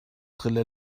brille